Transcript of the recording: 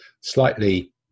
slightly